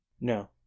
No